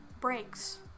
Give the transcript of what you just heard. breaks